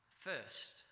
First